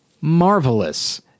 marvelous